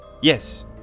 Yes